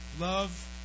Love